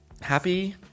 Happy